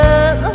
up